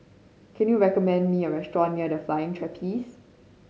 can you recommend me a restaurant near The Flying Trapeze